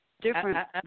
Different